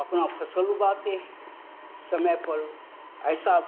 अपना फसल उगाते हैं समय पर ऐसा